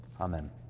Amen